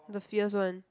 the fierce one